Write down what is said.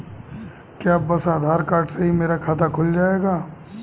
क्या बस आधार कार्ड से ही मेरा खाता खुल जाएगा?